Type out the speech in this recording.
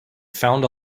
found